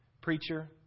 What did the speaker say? preacher